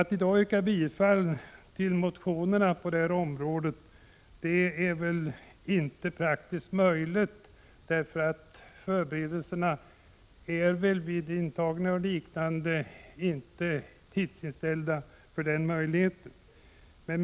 Att i dag yrka bifall till motionerna på detta område är väl inte praktiskt meningsfullt, eftersom förberedelserna för intagning och liknande inte tidsmässigt är inställda för start vid den tidpunkten.